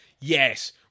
yes